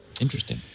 Interesting